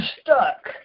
stuck